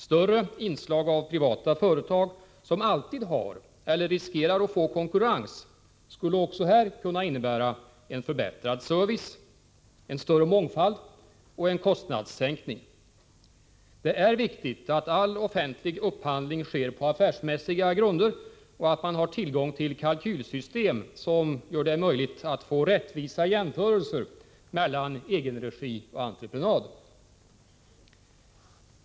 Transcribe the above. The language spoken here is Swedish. Större inslag av privata företag, som alltid har eller riskerar att få konkurrens, skulle också här kunna innebära förbättrad service, en större mångfald och en kostnadssänkning. Det är viktigt att all offentlig upphandling sker på affärsmässiga grunder och att man har tillgång till kalkylsystem, som möjliggör rättvisa jämförelser mellan egenregi och entreprenad.